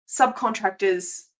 subcontractors